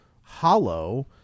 hollow